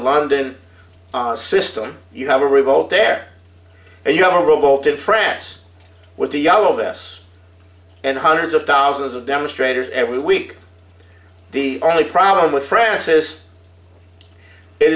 london system you have a revolt there and you have a rowboat in france with the yellow vests and hundreds of thousands of demonstrators every week the problem with france is it